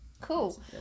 Cool